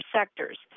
sectors